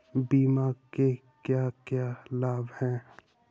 बीमा के क्या क्या लाभ हैं?